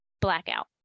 blackout